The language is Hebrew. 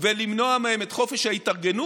ולמנוע מהם את חופש ההתארגנות,